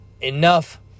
enough